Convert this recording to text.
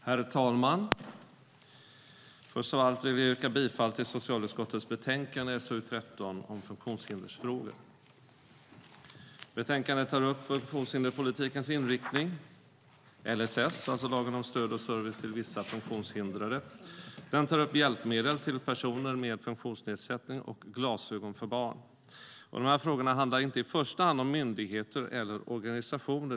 Herr talman! Först av allt yrkar jag bifall till socialutskottets förslag i betänkande SoU13 om funktionshindersfrågor. Betänkandet tar upp funktionshinderspolitikens inriktning och LSS, alltså lagen om stöd och service till vissa funktionshindrade. Den tar upp hjälpmedel till personer med funktionsnedsättning och glasögon för barn. De här frågorna handlar inte i första hand om myndigheter eller organisationer.